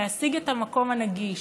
להשיג את המקום הנגיש,